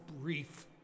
brief